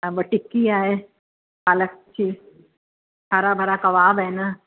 ऐं ॿियो टिकी आहे पालक जी हराभरा कबाब आहिनि